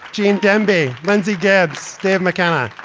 gene demby. linsey gabs. dave mckenna